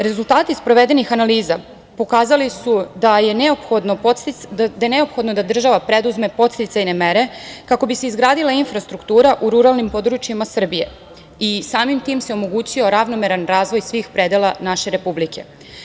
Rezultati sprovedenih analiza pokazali su da je neophodno da država preduzme podsticajne mere kako bi se izgradila infrastruktura u ruralnim područjima Srbije i samim tim se omogućio ravnomeran razvoj svih predela naše Republike.